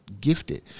gifted